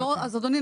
אז אדוני,